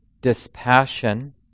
dispassion